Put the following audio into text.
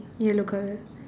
yellow colour